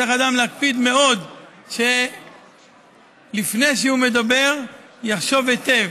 צריך אדם להקפיד מאוד שלפני שהוא מדבר יחשוב היטב.